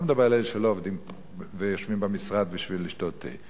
אני לא מדבר על אלה שלא עובדים ויושבים במשרד ושותים תה.